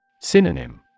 Synonym